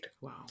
Wow